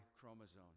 chromosome